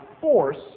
force